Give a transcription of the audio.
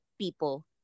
people